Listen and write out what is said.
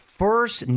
first